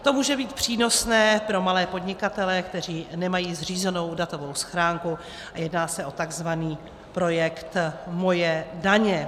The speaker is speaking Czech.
To může být přínosné pro malé podnikatele, kteří nemají zřízenu datovou schránku, a jedná se o takzvaný projekt MOJE daně.